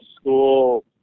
school